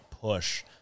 push